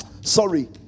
Sorry